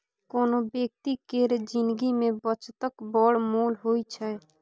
कोनो बेकती केर जिनगी मे बचतक बड़ मोल होइ छै